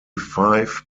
five